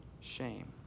shame